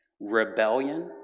Rebellion